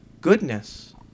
goodness